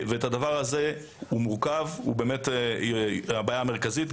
הדבר הזה מורכב, הוא באמת בעיה מרכזית.